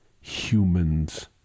humans